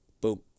boom